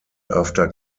after